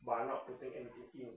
but I'm not putting anything in